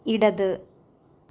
ഇടത്